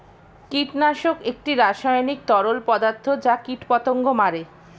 কীটনাশক একটি রাসায়নিক তরল পদার্থ যা কীটপতঙ্গ মারে